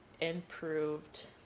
improved